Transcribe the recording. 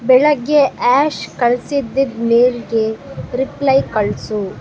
ಬೆಳಗ್ಗೆ ಆಶ್ ಕಳ್ಸಿದ್ದಿದ್ದ ಮೇಲ್ಗೆ ರಿಪ್ಲಯ್ ಕಳಿಸು